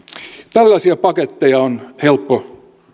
tällaisia paketteja on helppo